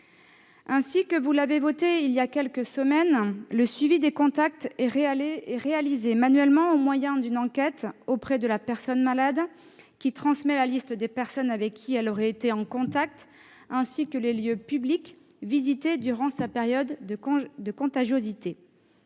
vote que vous avez émis il y a quelques semaines, le suivi des contacts est réalisé manuellement, au moyen d'une enquête auprès de la personne malade, qui transmet la liste des personnes avec qui elle aurait été en contact et celle des lieux publics qu'elle a visités durant sa période de contagiosité.